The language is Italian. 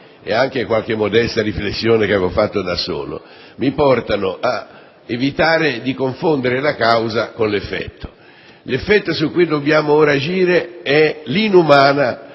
e anche qualche modesta riflessione che avevo fatto personalmente, mi portano ad evitare di confondere la causa con l'effetto. L'effetto sul quale dobbiamo ora agire è l'inumana